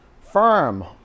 firm